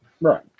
Right